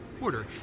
order